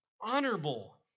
honorable